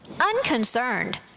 unconcerned